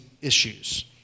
issues